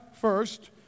first